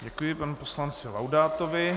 Děkuji panu poslanci Laudátovi.